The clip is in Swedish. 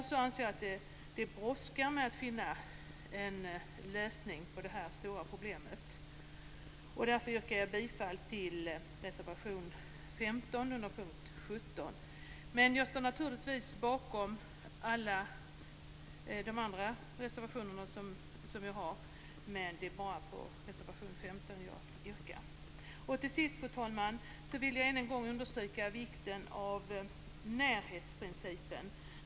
Jag anser att det brådskar med att finna en lösning på detta stora problem. Därför yrkar jag bifall till reservation nr 15 under mom. 17, men jag står naturligtvis bakom alla mina andra reservationer. Till sist, fru talman, vill jag än en gång understryka vikten av närhetsprincipen.